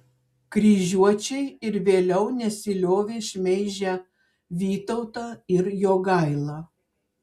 kryžiuočiai ir vėliau nesiliovė šmeižę vytautą ir jogailą